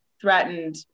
threatened